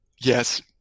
Yes